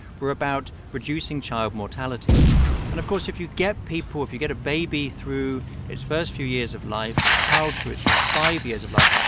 were about reducing child mortality and, of course, if you get people if you get a baby through its first few years of life, get a child through its first five years of life,